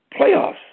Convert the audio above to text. playoffs